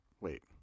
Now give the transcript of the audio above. Wait